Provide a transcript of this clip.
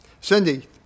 Cindy